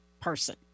person